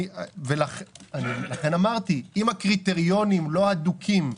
לכן אמרתי: אם הקריטריונים לא הדוקים,